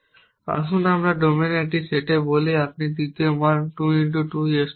আসুন আমরা ডোমেনের একটি সেটে বলি আপনি তৃতীয় মান 2 x 2 চেষ্টা করছেন